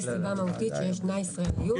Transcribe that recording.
יש סיבה מהותית לכך שיש תנאי של ישראליות,